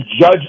judge